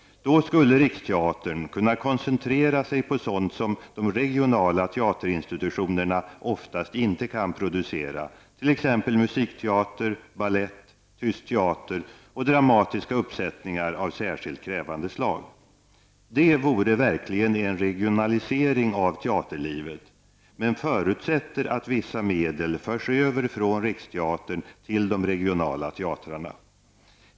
Då skulle Riksteatern kunna koncentrera sig på sådant som de regionala teaterinstitutionerna oftast inte kan producera t.ex. musikteater, balett, Tyst teater och dramatiska uppsättningar av särskilt krävande slag. Detta vore en verklig regionalisering av teaterlivet men förutsätter att vissa medel förs över från Riksteatern till de regionala teatrarna.